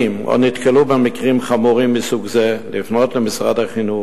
או נתקלו במקרים חמורים מסוג זה: לפנות למשרד החינוך.